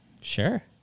sure